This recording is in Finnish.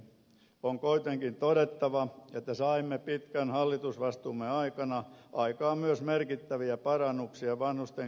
on kuitenkin todettava että saimme pitkän hallitusvastuumme aikana aikaan myös merkittäviä parannuksia vanhusten käyttämiin palveluihin